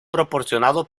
proporcionado